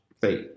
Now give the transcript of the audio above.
faith